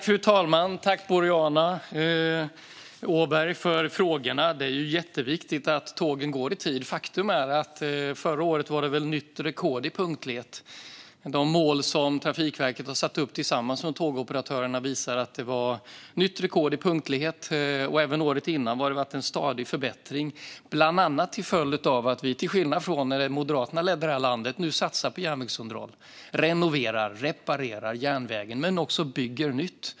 Fru talman! Jag tackar Boriana Åberg för frågorna. Det är jätteviktigt att tågen går i tid. Faktum är att det förra året nog var nytt rekord i punktlighet. De mål som Trafikverket har satt upp tillsammans med tågoperatörerna visar att det var nytt rekord i punktlighet. Även året innan var det en förbättring. Det har alltså varit en stadig förbättring bland annat till följd av att vi, till skillnad från när Moderaterna ledde detta land, nu satsar på järnvägsunderhåll och renoverar och reparerar järnvägen men även bygger nytt.